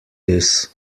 this